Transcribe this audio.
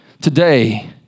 today